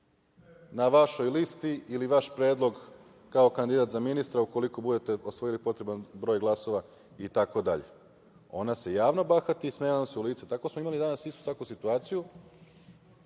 na vašoj listi ili vaš predlog kao kandidat za ministra, ukoliko budete osvojili potreban broj glasova itd. Ona se javno bahati i smeje vam se u lice. Tako smo imali danas istu takvu situaciju,